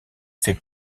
fait